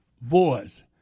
voice